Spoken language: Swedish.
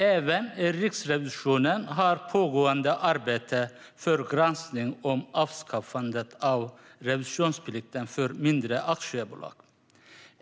Även Riksrevisionen har pågående arbete för granskning om avskaffandet av revisionsplikten för mindre aktiebolag.